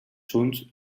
junts